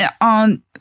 on